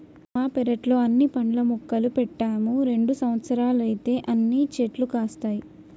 మా పెరట్లో అన్ని పండ్ల మొక్కలు పెట్టాము రెండు సంవత్సరాలైతే అన్ని చెట్లు కాస్తాయి